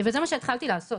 וזה מה שהתחלתי לעשות.